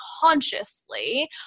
consciously